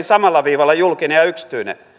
samalla viivalla julkinen ja yksityinen